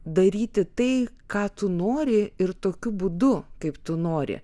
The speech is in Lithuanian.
daryti tai ką tu nori ir tokiu būdu kaip tu nori